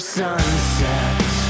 sunset